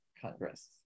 Congress